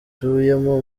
dutuyemo